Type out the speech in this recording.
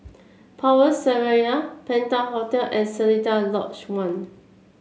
Power Seraya Penta Hotel and Seletar Lodge One